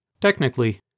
Technically